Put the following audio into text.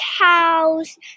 cows